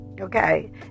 Okay